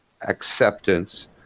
acceptance